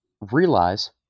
realize